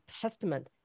testament